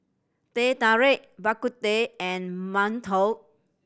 Teh Tarik Bak Kut Teh and mantou